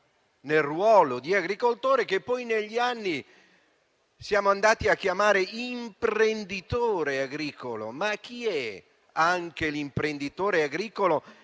suo ruolo di agricoltore che negli anni siamo passati a chiamare "imprenditore agricolo". Chi è l'imprenditore agricolo,